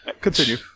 Continue